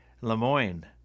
Lemoyne